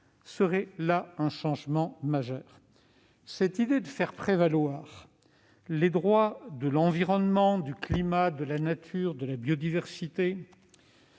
serait un changement majeur. L'idée de faire prévaloir les droits de l'environnement, du climat, de la nature, de la biodiversité